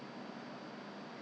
so quite lazy